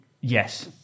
yes